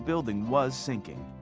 building was sinking.